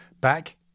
back